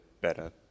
better